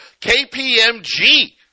KPMG